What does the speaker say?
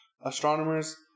Astronomers